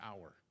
hour